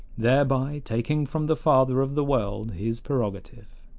thereby taking from the father of the world his prerogative.